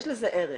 יש לזה ערך.